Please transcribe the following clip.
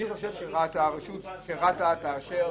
הוא רוצה שרשות שדות התעופה תאשר.